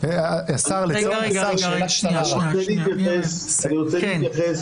אני רוצה להתייחס